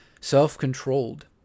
self-controlled